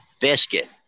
biscuit